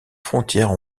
frontière